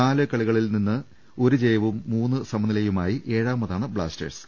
നാല് കളികളിൽ ഒരു ജയവും മൂന്ന് സമനില്യുമായി ഏഴാമ താണ് ബ്ലാസ്റ്റേഴ്സ്